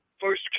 first